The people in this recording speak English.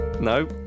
No